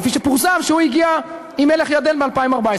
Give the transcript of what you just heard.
כפי שפורסם שהוא הגיע אליהן עם מלך ירדן מ-2014,